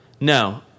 no